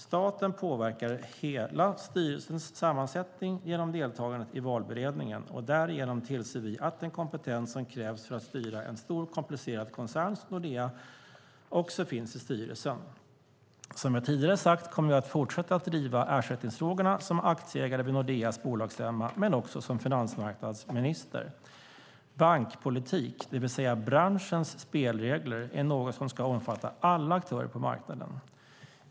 Staten påverkar hela styrelsens sammansättning genom deltagandet i valberedningen, och därigenom tillser vi att den kompetens som krävs för att styra en stor komplicerad koncern som Nordea också finns i styrelsen. Som jag tidigare sagt kommer jag att fortsätta att driva ersättningsfrågorna som aktieägare vid Nordeas bolagsstämma men också som finansmarknadsminister. Bankpolitik, det vill säga branschens spelregler, är något som ska omfatta alla aktörer på marknaden.